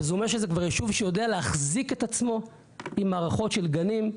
וזה אומר שזה כבר יישוב שיודע להחזיק את עצמו עם מערכות של גנים,